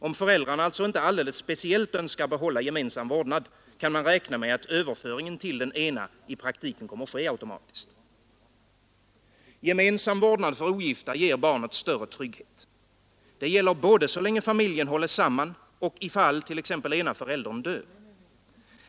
Om föräldrarna alltså inte alldeles speciellt önskar behålla gemensam vårdnad, kan man räkna med att överföringen till den ena i praktiken kommer att ske automatiskt. Gemensam vårdnad för ogifta ger barnet större trygghet. Det gäller både så länge familjen hålles samman och ifall t.ex. den ena föräldern dör.